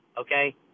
okay